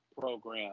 program